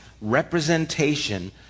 representation